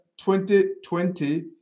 2020